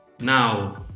Now